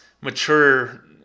mature